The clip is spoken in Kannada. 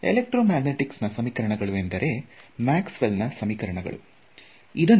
ಎಲೆಕ್ಟ್ರೋಮ್ಯಾಗ್ನೆಟಿಕ್ಸ್ ನಾ ಸಮಿಕರಣಗಳು ಎಂದರೆ ಮ್ಯಾಕ್ಸ್ ವೆಲ್ ನಾ ಸಮಿಕರಣಗಳು Maxwell's Equations